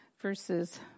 verses